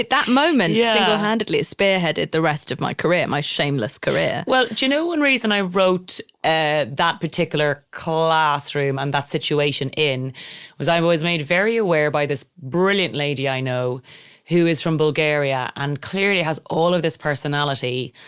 that moment yeah single handedly spearheaded the rest of my career, my shameless career well, you know, one reason i wrote ah that particular classroom and that situation was i've always made very aware by this brilliant lady i know who is from bulgaria and clearly has all of this personality.